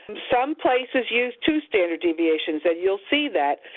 some places use two standard deviations, and you'll see that,